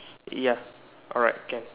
ya alright can